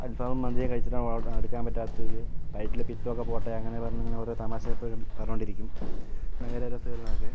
അൽഫാമും മന്തി ഒക്കെ കഴിച്ചിട്ടാണ് എടുക്കാൻ പറ്റാത്തത് വയറ്റിലെ പിത്തം ഒക്കെ പോട്ടെ അങ്ങനെ പറഞ്ഞു ഇങ്ങനെ ഓരോ തമാശ എപ്പഴും പറഞ്ഞു കൊണ്ടിരിക്കും ഭയങ്കര രസമായിരുന്നു അതൊക്കെ